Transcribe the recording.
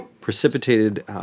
precipitated